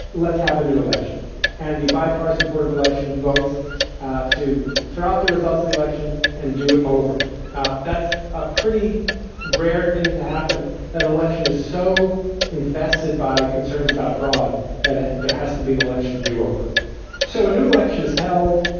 let's have a new election and the bipartisan board of election votes to throw out the results of the election and do it over that's a pretty rare thing to happen that election is so infested by concerns about fraud that ah there has to be an election do over so a new election is held.